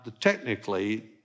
technically